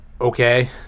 okay